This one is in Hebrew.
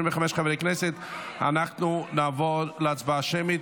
25 חברי כנסת אנחנו נעבור להצבעה שמית.